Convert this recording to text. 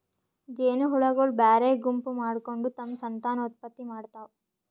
ಜೇನಹುಳಗೊಳ್ ಬ್ಯಾರೆ ಗುಂಪ್ ಮಾಡ್ಕೊಂಡ್ ತಮ್ಮ್ ಸಂತಾನೋತ್ಪತ್ತಿ ಮಾಡ್ತಾವ್